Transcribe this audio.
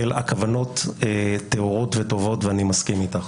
שהכוונות טהורות וטובות ואני מסכים איתך.